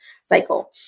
cycle